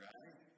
Right